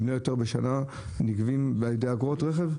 אם לא יותר נגבים על ידי אגרות רכב.